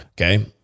Okay